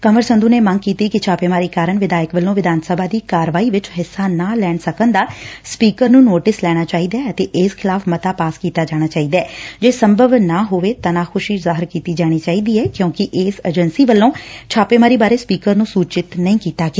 ਕੰਵਰ ਸੰਧੁ ਨੇ ਮੰਗ ਕੀਤੀ ਕਿ ਛਾਪੇਮਾਰੀ ਕਾਰਨ ਵਿਧਾਇਕ ਵੱਲੋਂ ਵਿਧਾਨ ਸਭਾ ਦੀ ਕਾਰਵਾਈ ਵਿਚ ਹਿੱਸਾ ਨਾ ਲੈ ਸਕਣ ਦਾ ਸਪੀਕਰ ਨੂੰ ਨੋਟਿਸ ਲੈਣਾ ਚਾਹੀਦੈ ਅਤੇ ਇਸ ਖਿਲਾਫ਼ ਮਤਾ ਪਾਸ ਕੀਤਾ ਜਾਣਾ ਚਾਹੀਦੈ ਜੋ ਸੰਭਵ ਨਾ ਹੋਵੇ ਤਾਂ ਨਾ ਖੁਸ਼ੀ ਜ਼ਾਹਿਰ ਕੀਤੀ ਜਾਣੀ ਚਾਹੀਦੀ ਐ ਕਿਉਂਕਿ ਇਸ ਏਜੰਸੀ ਵੱਲੋਂ ਛਾਪੇਮਾਰੀ ਬਾਰੇ ਸਪੀਕਰ ਨੁੰ ਸੁਚਿਤ ਨਹੀਂ ਕੀਤਾ ਗਿਆ